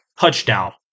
touchdown